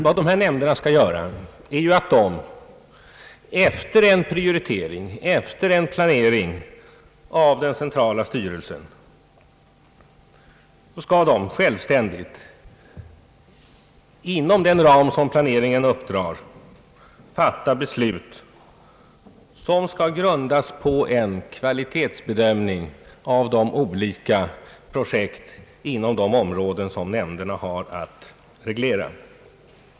Vad dessa nämnder skall göra är att efter en prioritering och efter en planering av den centrala styrelsen självständigt fatta beslut inom den ram som planeringen uppdrar, beslut som skall grundas på en kvalitetsbedömning av olika projekt inom de områden som nämnderna har att reglera.